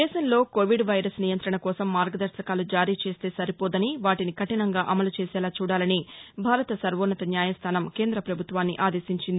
దేశంలో Covid virus నియంత్రణ కోసం మార్గదర్భకాలు జారీ చేస్తే సరిపోదని వాటిని కఠినంగా అమలు చేసేలా చూడాలని భారత సర్వోన్నత న్యాయస్థానం కేంద్ర ప్రభుత్వాన్ని ఆదేశించింది